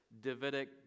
Davidic